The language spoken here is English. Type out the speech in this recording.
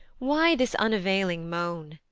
why this unavailing moan?